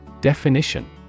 Definition